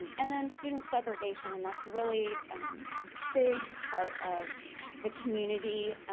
and then student segregation and that's really a big part of the community